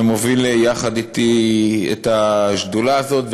שמוביל יחד אתי את השדולה הזאת.